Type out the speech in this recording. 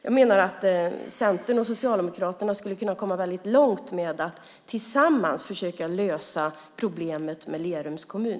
Jag menar att Centern och Socialdemokraterna skulle kunna komma väldigt långt med att tillsammans försöka lösa problemet med Lerums kommun.